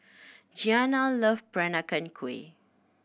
Giana love Peranakan Kueh